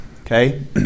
okay